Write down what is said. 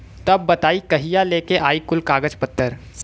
तब बताई कहिया लेके आई कुल कागज पतर?